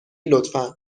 لطفا